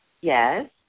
yes